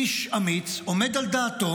איש אמיץ, עומד על דעתו.